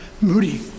Moody